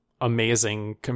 amazing